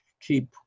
keep